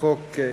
וחוק שיש,